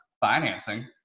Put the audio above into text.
financing